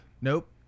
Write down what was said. Nope